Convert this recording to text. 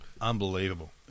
unbelievable